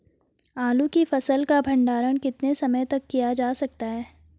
आलू की फसल का भंडारण कितने समय तक किया जा सकता है?